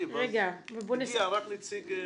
הגיע רק נציג משפטי.